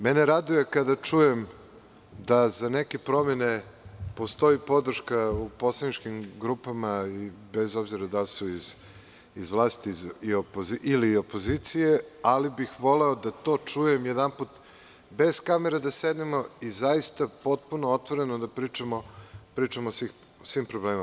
Mene raduje kada čujem kada za neke promene postoji podrška u poslaničkim grupama, bez obzira da li su iz vlasti ili opozicije, ali bih voleo da to čujem jedanput, bez kamere da sednemo, da otvoreno pričamo o svim problemima.